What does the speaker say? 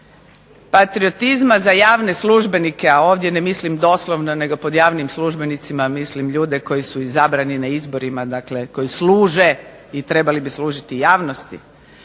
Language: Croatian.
patriotizma za javne službenike, a ovdje ne mislim doslovno, nego pod javnim službenicima mislim ljude koji su izabrani na izborima, dakle koji služe i trebali bi služiti javnosti,